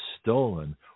stolen